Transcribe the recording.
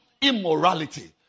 Immorality